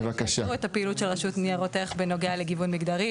--- את הפעילות של רשות ניירות ערך בנוגע לגיוון מגדרי.